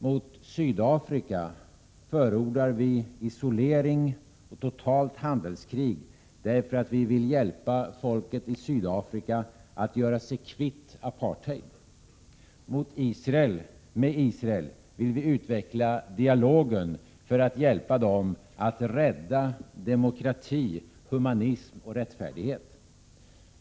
Mot Sydafrika förordar vi isolering och totalt handelskrig därför att vi vill hjälpa folket i Sydafrika att göra sig kvitt apartheid. Med Israel vill vi utveckla dialogen för att hjälpa till att rädda demokrati, humanism och rättfärdighet.